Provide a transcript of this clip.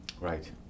Right